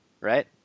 right